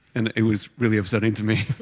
and it was really upsetting to me.